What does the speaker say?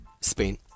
Spain